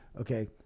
Okay